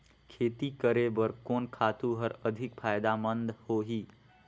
खेती करे बर कोन खातु हर अधिक फायदामंद होही?